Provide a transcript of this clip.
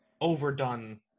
overdone